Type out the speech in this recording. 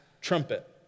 trumpet